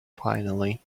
finally